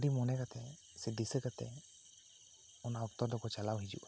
ᱟᱹᱰᱤ ᱢᱚᱱᱮ ᱠᱟᱛᱮ ᱥᱮ ᱫᱤᱥᱟᱹ ᱠᱟᱛᱮ ᱚᱱᱟ ᱚᱠᱛᱚ ᱫᱚᱠᱚ ᱪᱟᱞᱟᱣ ᱦᱤᱡᱩᱜᱼᱟ